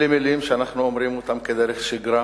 אלה מלים שאנחנו אומרים אותם כדרך שגרה,